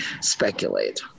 Speculate